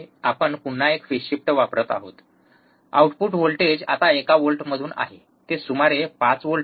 आपण पुन्हा एक फेज शिफ्ट वापरत आहेत आउटपुट व्होल्टेज आता एका व्होल्टमधून आहे ते सुमारे 5 व्होल्ट आहे